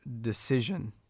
decision